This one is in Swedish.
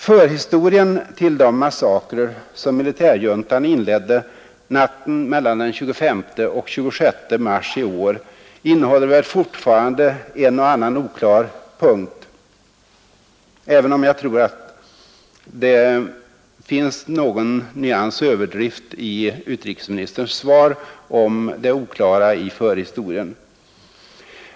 Förhistorien till de massakrer som militärjuntan inledde natten mellan den 25 och den 26 mars i år innehåller väl fortfarande en och annan oklar punkt — även om jag tror att det finns någon nyans av överdrift i utrikesministerns uttalande i svaret om det oklara i förhistorien.